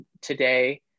today